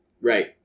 Right